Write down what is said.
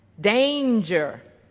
danger